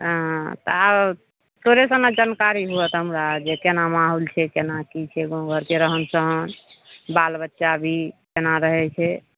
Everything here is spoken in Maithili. हँ तऽ आब तोरे से ने जानकारी होत हमरा की केना माहौल छै केना की छै गाँव घरके रहन सहन बाल बच्चा भी केना रहैत छै